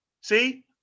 see